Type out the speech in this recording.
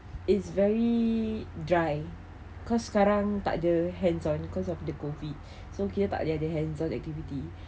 it's very dry cause sekarang tak ada hands on cause of the COVID so kita tak ada jadi hands on activity